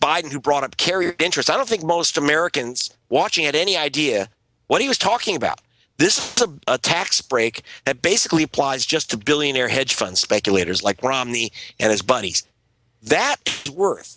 biden who brought up kerry interest i don't think most americans watching it any idea what he was talking about this a tax break that basically applies just to billionaire hedge fund speculators like romney and his buddies that